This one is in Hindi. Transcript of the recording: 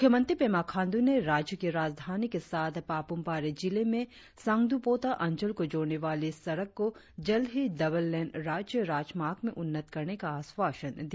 मुख्यमंत्री पेमा खांडू ने राज्य की राजधानी के साथ पापुम पारे जिले में संगदुपोटा अंचल को जोड़ने वाली सड़क को जल्द ही डबल लेन राज्य राजमार्ग में उन्नत करने का आश्वासन दिया